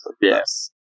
yes